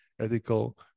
ethical